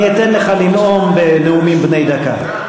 אני אתן לך לנאום בנאומים בני דקה.